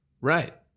Right